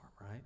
right